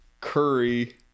Curry